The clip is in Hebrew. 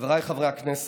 חבריי חברי הכנסת,